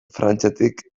frantziatik